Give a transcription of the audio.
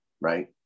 right